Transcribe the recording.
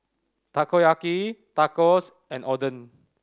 Takoyaki Tacos and Oden